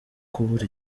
kubura